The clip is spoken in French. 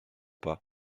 pas